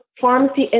pharmacy